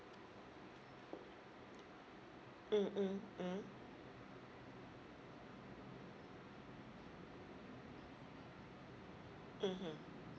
mm mm mmhmm